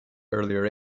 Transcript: earlier